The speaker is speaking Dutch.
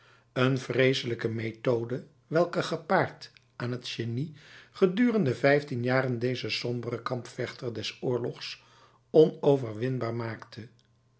een vreeselijke methode welke gepaard aan het genie gedurende vijftien jaren dezen somberen kampvechter des oorlogs onoverwinbaar maakte